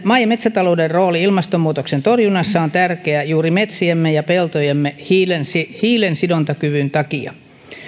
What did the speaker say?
maa ja metsätalouden rooli ilmastonmuutoksen torjunnassa on tärkeä juuri metsiemme ja peltojemme hiilensidontakyvyn takia